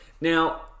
Now